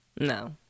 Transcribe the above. no